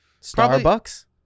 Starbucks